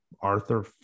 Arthur